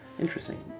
Interesting